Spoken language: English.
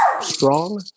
Strong